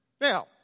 Now